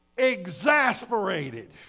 exasperated